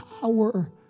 power